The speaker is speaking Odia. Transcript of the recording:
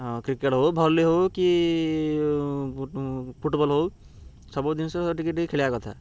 କ୍ରିକେଟ୍ ହଉ ଭଲି ହଉ କି ଫୁଟବଲ୍ ହଉ ସବୁ ଜିନିଷ ଟିକେ ଟିକେ ଖେଳିବା କଥା